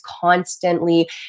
constantly